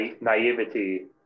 naivety